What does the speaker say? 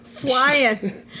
Flying